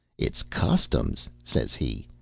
its customs! says he.